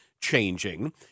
changing